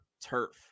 turf